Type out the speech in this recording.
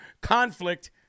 conflict